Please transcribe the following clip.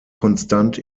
konstant